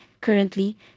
currently